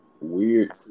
weird